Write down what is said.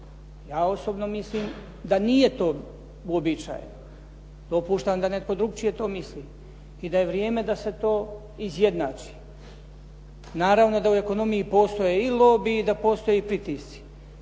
Ja osobno mislim da nije to uobičajeno. Dopuštam da neko drugačije to misli i da je vrijeme da se to izjednači. Naravno da u ekonomiji postoje i lobiji i da postoje i pritisci.